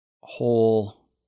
whole